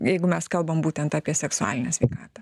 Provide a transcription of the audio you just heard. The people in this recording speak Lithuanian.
jeigu mes kalbam būtent apie seksualinę sveikatą